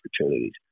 opportunities